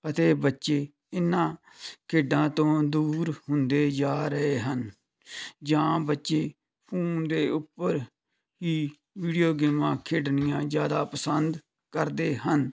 ਅਤੇ ਬੱਚੇ ਇਨ੍ਹਾਂ ਖੇਡਾਂ ਤੋਂ ਦੂਰ ਹੁੰਦੇ ਜਾ ਰਹੇ ਹਨ ਜਾਂ ਬੱਚੇ ਫੋਨ ਦੇ ਉੱਪਰ ਹੀ ਵੀਡੀਓ ਗੇਮਾਂ ਖੇਡਣੀਆਂ ਜ਼ਿਆਦਾ ਪਸੰਦ ਕਰਦੇ ਹਨ